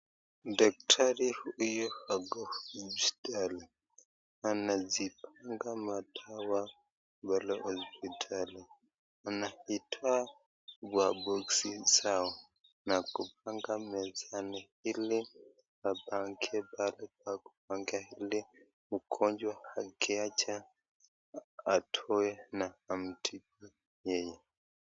Daktari huyu ako hospitali amezipanga madawa pale hospitali anazitoa kwa boksi zao na kupanga mezani ili apange pale pa kupangia ili mgonjwa akija atoe na amtibu yeye.